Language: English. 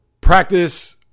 practice